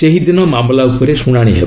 ସେହିଦିନ ମାମଲା ଉପରେ ଶୁଣାଣି ହେବ